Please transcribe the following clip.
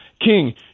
King